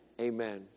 amen